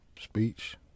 speech